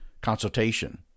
consultation